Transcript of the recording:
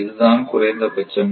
இதுதான் குறைந்தபட்சம்